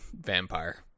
vampire